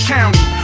County